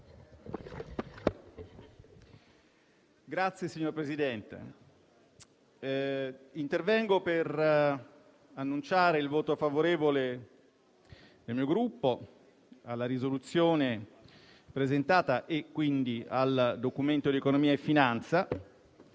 Signor Presidente, intervengo per annunciare il voto favorevole del mio Gruppo alla proposta di risoluzione presentata e, quindi, al Documento di economia e finanza.